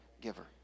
giver